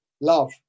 love